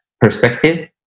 perspective